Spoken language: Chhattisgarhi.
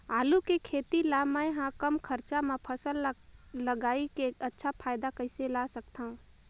आलू के खेती ला मै ह कम खरचा मा फसल ला लगई के अच्छा फायदा कइसे ला सकथव?